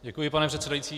Děkuji, pane předsedající.